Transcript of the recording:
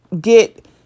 get